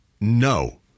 No